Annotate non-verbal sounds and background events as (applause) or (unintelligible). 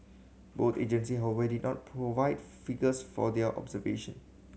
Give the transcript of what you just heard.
both agency how (unintelligible) did not provide figures for their observation